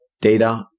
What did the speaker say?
data